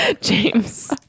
James